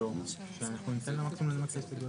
באמת טוב שדייקו